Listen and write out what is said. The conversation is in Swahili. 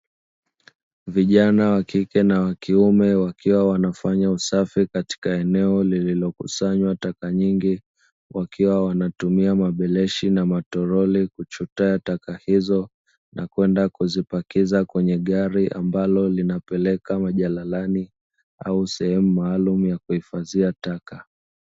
Vijana wa kike na wa kiume wakiwa wanafanya usafi katika eneo lililokusanywa taka nyingi. Wakiwa wanatumia mabeleshi na matoroli kuchota taka hizo na kwenda kuzipakiza kwenye gari, ambalo linapeleka majalalani au sehemu maalumu ya kuhifadhia taka.